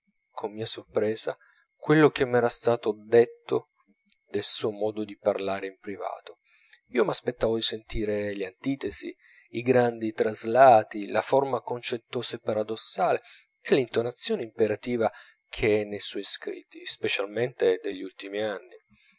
con mia sorpresa quello che m'era stato detto del suo modo di parlare in privato io m'aspettavo di sentire le antitesi i grandi traslati la forma concettosa e paradossale e l'intonazione imperativa che è nei suoi scritti specialmente degli ultimi anni